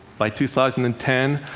by two thousand and ten,